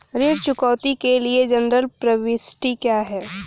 ऋण चुकौती के लिए जनरल प्रविष्टि क्या है?